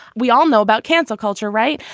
we all know about cancel culture right.